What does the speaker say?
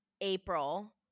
April